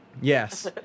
Yes